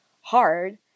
hard